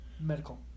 Medical